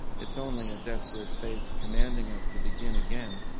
it's only a desperate face commanding us to begin again.